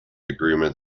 agreement